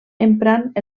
emprant